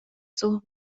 суох